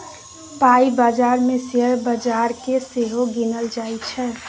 पाइ बजार मे शेयर बजार केँ सेहो गिनल जाइ छै